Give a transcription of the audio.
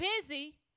busy